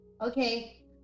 Okay